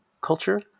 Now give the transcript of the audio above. culture